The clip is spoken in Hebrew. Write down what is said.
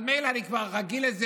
מילא, אני כבר רגיל לזה